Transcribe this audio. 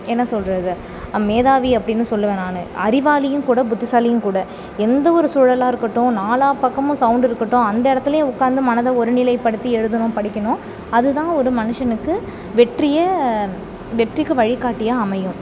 என்ன சொல்கிறது மேதாவி அப்படின்னு சொல்லுவேன் நான் அறிவாளியும் கூட புத்திசாலியும் கூட எந்த ஒரு சூழலாக இருக்கட்டும் நாலாப் பக்கமும் சவுண்ட் இருக்கட்டும் அந்த இடத்துலையே உட்கார்ந்து மனதை ஒருநிலைப்படுத்தி எழுதணும் படிக்கணும் அதுதான் ஒரு மனுஷனுக்கு வெற்றியே வெற்றிக்கு வழிகாட்டியாக அமையும்